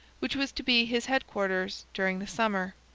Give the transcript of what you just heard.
which was to be his headquarters during the summer.